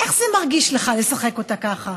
איך זה מרגיש לך לשחק אותה ככה?